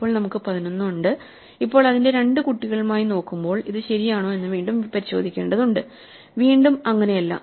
ഇപ്പോൾ നമുക്ക് 11 ഉണ്ട് ഇപ്പോൾ അതിന്റെ 2 കുട്ടികളുമായി നോക്കുമ്പോൾ ഇത് ശരിയാണോ എന്ന് വീണ്ടും പരിശോധിക്കേണ്ടതുണ്ട് വീണ്ടും അങ്ങനെയല്ല